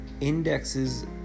Indexes